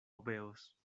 obeos